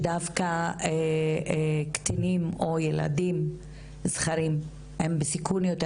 שדווקא קטינים או ילדים זכרים הם בסיכון יותר